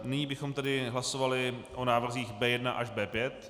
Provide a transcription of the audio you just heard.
Nyní bychom tedy hlasovali o návrzích B1 až B5.